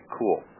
cool